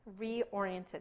reoriented